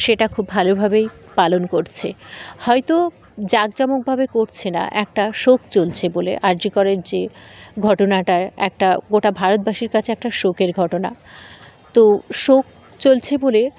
সেটা খুব ভালোভাবেই পালন করছে হয়তো জাঁকজমকভাবে করছে না একটা শোক চলছে বলে আর জি করের যে ঘটনাটা একটা গোটা ভারতবাসীর কাছে একটা শোকের ঘটনা তো শোক চলছে বলে